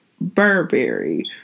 Burberry